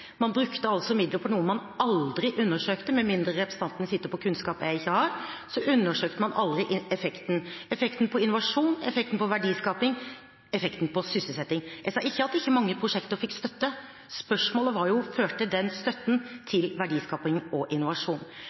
man ikke visste om det virket. Man brukte altså midler på noe man aldri undersøkte – med mindre representanten sitter på kunnskap jeg ikke har. Man undersøkte aldri effekten – effekten på innovasjon, effekten på verdiskaping, effekten på sysselsetting. Jeg sa ikke at ikke mange prosjekter fikk støtte. Spørsmålet var jo om den støtten førte til verdiskaping og innovasjon.